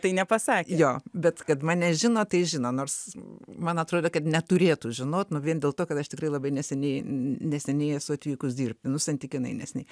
tai nepasakė bet kad mane žino tai žino nors man atrodo kad neturėtų žinot nu vien dėl to kad aš tikrai labai neseniai neseniai esu atvykus dirbti nu santykinai neseniai